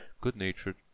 Good-natured